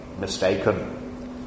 mistaken